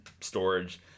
storage